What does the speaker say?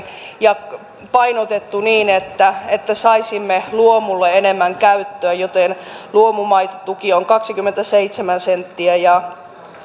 ja painotettu niin että saisimme luomulle enemmän käyttöä joten luomumaitotuki on kaksikymmentäseitsemän senttiä ja